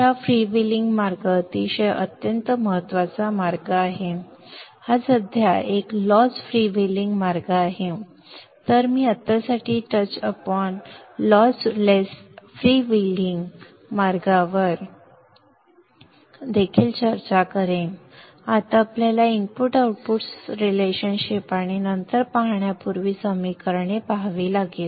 तर हा फ्रीव्हीलिंग मार्ग अतिशय अत्यंत महत्त्वाचा मार्ग आहे हा सध्या एक लॉस फ्रीव्हीलिंग मार्ग आहे नंतर मी आत्तासाठी touch upon loss less freewheeling मार्गावर देखील चर्चा करेन आता आपल्याला इनपुट आउटपुट संबंध आणि नंतर पाहण्यापूर्वी समीकरणे पहावी लागतील